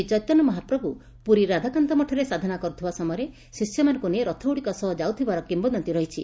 ଶ୍ରୀଚେତନ୍ୟ ମହାପ୍ରଭୁ ପୁରୀ ରାଧାକାନ୍ତ ମଠରେ ସାଧନା କରୁଥିବା ସମୟରେ ଶିଷ୍ୟମାନଙ୍କୁନେଇ ରଥଗୁଡିକ ସହ ଯାଉଥବାର କିମ୍ବଦନ୍ତୀ ରହିଛି